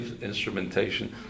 instrumentation